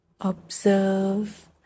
observe